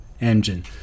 engine